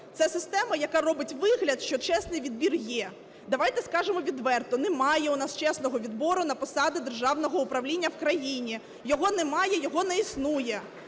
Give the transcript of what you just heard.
Це система, яка робить вигляд, що чесний відбір є. Давайте скажемо відверто: немає у нас чесного відбору на посади державного управління в країні. Його немає, його не існує.